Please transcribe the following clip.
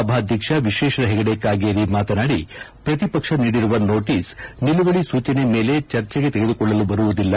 ಸಭಾಧ್ಯಕ್ಷ ವಿಶ್ವೇಶ್ವರ ಹೆಗಡೆ ಕಾಗೇರಿ ಮಾತನಾಡಿ ಪ್ರತಿಪಕ್ಷ ನೀಡಿರುವ ನೋಟೀಸ್ ನಿಲುವಳಿ ಸೂಜನೆ ಮೇಲೆ ಚರ್ಚೆಗೆ ತೆಗೆದುಕೊಳ್ಳಲು ಬರುವುದಿಲ್ಲ